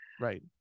right